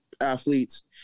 Athletes